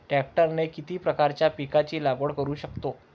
ट्रॅक्टरने किती प्रकारच्या पिकाची लागवड करु शकतो?